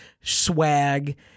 swag